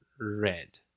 red